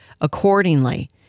accordingly